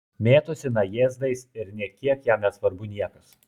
mėtosi najėzdais ir nė kiek jam nesvarbu niekas